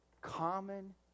common